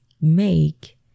make